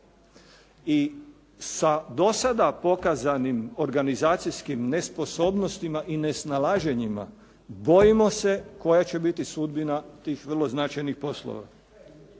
I sa do sada pokazanim organizacijskim nesposobnostima i nesnalaženjima bojimo se koja će biti sudbina tih vrlo značajnih poslova.